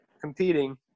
competing